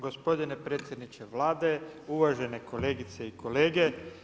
Gospodine predsjedniče Vlade, uvažene kolegice i kolege.